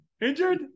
Injured